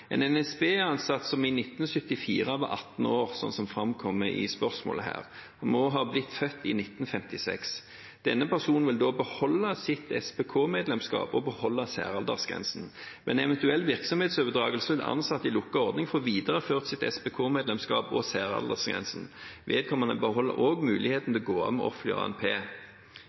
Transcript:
En NSB-ansatt som i 1974 var 18 år, slik det framkommer i spørsmålet her, må ha blitt født i 1956. Denne personen vil da beholde sitt SPK-medlemskap og beholde særaldersgrensen. Ved en eventuell virksomhetsoverdragelse vil ansatte i lukket ordning få videreført sitt SPK-medlemskap og særaldersgrensen. Vedkommende beholder også muligheten til å gå av med